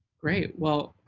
great. well,